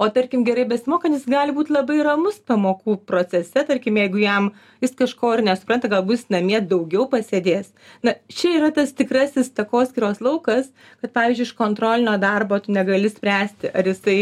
o tarkim gerai besimokantis gali būt labai ramus pamokų procese tarkim jeigu jam jis kažko ir nesupranta gal bus namie daugiau pasėdės na čia yra tas tikrasis takoskyros laukas kad pavyzdžiui iš kontrolinio darbo tu negali spręsti ar jisai